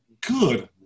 good